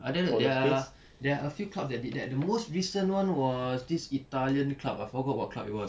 ada there are there are a few clubs that did that the most recent [one] was this italian club I forgot what club it was